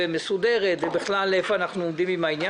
ועל זה אנחנו הולכים ביום חמישי לשבות,